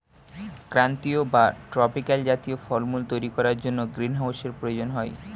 ক্রান্তীয় বা ট্রপিক্যাল জাতীয় ফলমূল তৈরি করার জন্য গ্রীনহাউসের প্রয়োজন হয়